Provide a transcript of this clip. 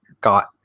got